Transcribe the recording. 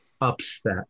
upset